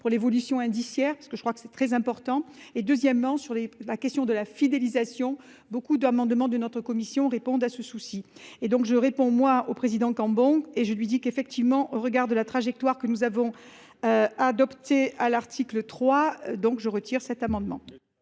pour l'évolution indiciaire parce que je crois que c'est très important et deuxièmement sur les, la question de la fidélisation beaucoup d'amendements de notre commission répondent à ce souci et donc je réponds moi au président Cambon et je lui dis qu'effectivement au regard de la trajectoire que nous avons. Adopté à l'article 3 donc je retire cet amendement.